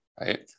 right